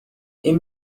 این